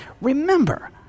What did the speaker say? Remember